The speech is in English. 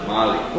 Mali